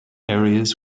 areas